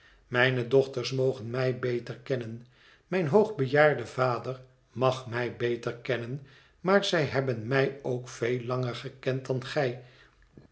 mijne dochters mogen mij beter kennen mijn hoogbejaarde vader mag mij beter kennen maar zij hebben mij ook veel langer gekend dan gij